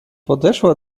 podeszła